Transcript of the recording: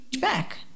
back